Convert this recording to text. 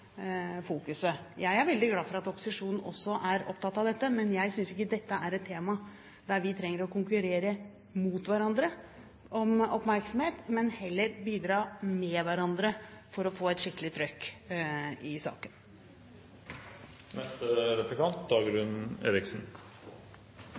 fokuset. Jeg er veldig glad for at opposisjonen også er opptatt av dette, men jeg synes ikke dette er et tema der vi trenger å konkurrere mot hverandre om oppmerksomhet, men heller bidra med hverandre for å få et skikkelig trøkk i